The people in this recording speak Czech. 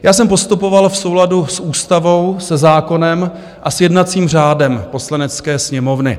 Já jsem postupoval v souladu s ústavou, se zákonem a s jednacím řádem Poslanecké sněmovny.